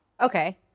Okay